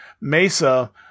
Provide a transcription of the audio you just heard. mesa